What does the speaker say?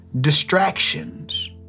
distractions